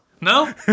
No